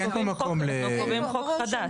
אין פה מקום --- אנחנו רק קובעים חוק חודש.